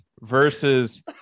versus